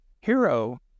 hero